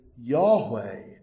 Yahweh